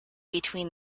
between